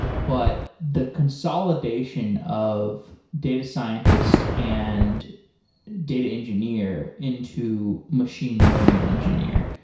but the consolidation of data scientist and data engineer into machine learning engineer.